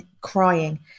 crying